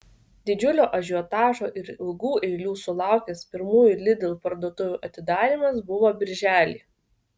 didžiulio ažiotažo ir ilgų eilių sulaukęs pirmųjų lidl parduotuvių atidarymas buvo birželį